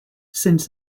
since